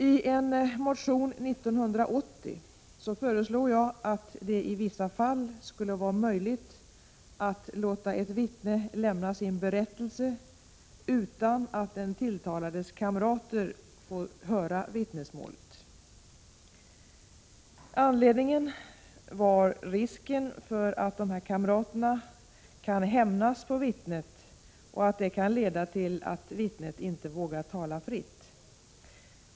I en motion föreslog jag 1980 att det i vissa fall skulle vara möjligt att låta ett vittne lämna sin berättelse utan att den tilltalades kamrater får höra vittnesmålet. Anledningen var risken för att dessa kamrater kan hämnas på vittnet och att detta kan leda till att vittnet inte vågar tala fritt.